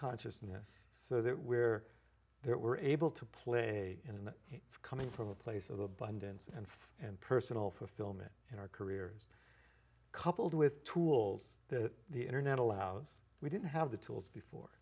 consciousness so that we're there we're able to play in that coming from a place of abundance and five and personal fulfillment in our careers coupled with tools that the internet allows we didn't have the tools before